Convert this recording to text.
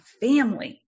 family